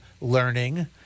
learning